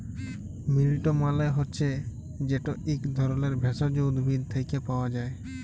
মিল্ট মালে হছে যেট ইক ধরলের ভেষজ উদ্ভিদ থ্যাকে পাওয়া যায়